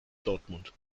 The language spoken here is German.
dortmund